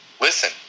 Listen